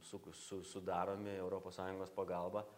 suk su sudaromi europos sąjungos pagalba